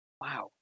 Wow